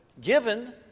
given